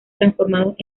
transformados